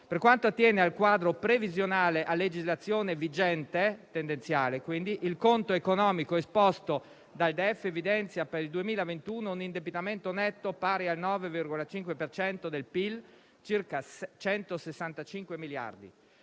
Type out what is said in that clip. Per quanto attiene al quadro previsionale a legislazione vigente, quindi tendenziale, il conto economico esposto dal DEF evidenzia per il 2021 un indebitamento netto pari al 9,5 per cento del PIL (circa 165 miliardi).